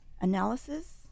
analysis